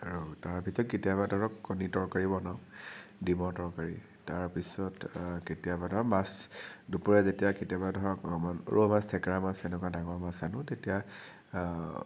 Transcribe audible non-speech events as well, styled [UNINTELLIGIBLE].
আৰু তাৰ ভিতৰত কেতিয়াবা ধৰক কণী তৰকাৰীও বনাওঁ ডিমৰ তৰকাৰী তাৰপিছত কেতিয়াবা ধৰক মাছ দুপৰীয়া যেতিয়া কেতিয়াবা ধৰক [UNINTELLIGIBLE] ৰৌ মাছ থেকেৰা মাছ এনেকুৱা ডাঙৰ মাছ আনো তেতিয়া